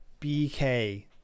BK